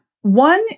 One